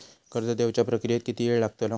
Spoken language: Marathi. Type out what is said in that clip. कर्ज देवच्या प्रक्रियेत किती येळ लागतलो?